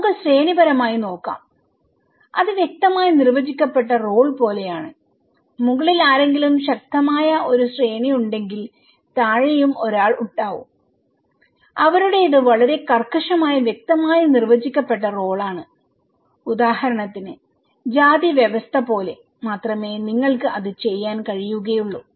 നമുക്ക് ശ്രേണിപരമായി നോക്കാം അത് വ്യക്തമായി നിർവചിക്കപ്പെട്ട റോൾ പോലെയാണ് മുകളിൽ ആരെങ്കിലും ശക്തമായ ഒരു ശ്രേണിയുണ്ടെങ്കിൽ താഴെയും ഒരാൾ ഉണ്ടാവുംഅവരുടേത് വളരെ കർക്കശമായി വ്യക്തമായി നിർവചിക്കപ്പെട്ട റോളാണ് ഉദാഹരണത്തിന് ജാതി വ്യവസ്ഥ പോലെ മാത്രമേ നിങ്ങൾക്ക് അത് ചെയ്യാൻ കഴിയുകയുള്ളൂ